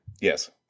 Yes